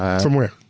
from where?